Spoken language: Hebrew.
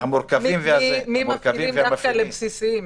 ממפעילים דווקא לבסיסיים.